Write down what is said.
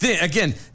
again